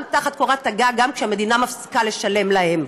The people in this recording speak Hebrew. תחת קורת הגג גם כשהמדינה מפסיקה לשלם להן.